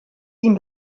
ihm